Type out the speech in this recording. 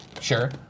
Sure